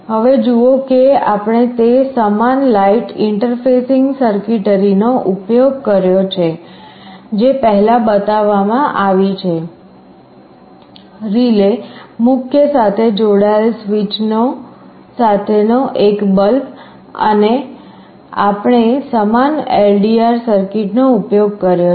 હવે જુઓ કે આપણે તે સમાન લાઇટ ઇન્ટરફેસિંગ સર્કિટરીનો ઉપયોગ કર્યો છે જે પહેલાં બતાવવામાં આવી છે રિલે મુખ્ય સાથે જોડાયેલ સ્વીચ સાથેનો એક બલ્બ અને આપણે સમાન LDR સર્કિટનો ઉપયોગ કર્યો છે